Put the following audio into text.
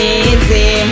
easy